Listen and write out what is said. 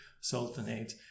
sultanate